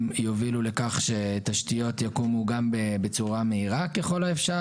יובילו לכך שתשתיות יקומו גם בצורה מהירה ככל האפשר,